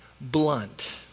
blunt